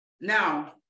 Now